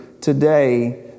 today